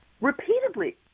repeatedly